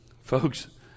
folks